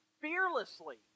fearlessly